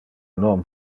non